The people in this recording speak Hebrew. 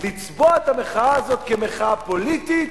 לצבוע את המחאה הזאת כמחאה פוליטית,